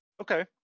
Okay